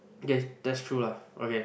okay that's true lah okay